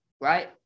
right